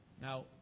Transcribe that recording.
Now